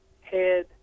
head